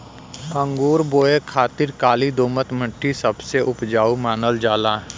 अंगूर बोए खातिर काली दोमट मट्टी सबसे उपजाऊ मानल जाला